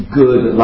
good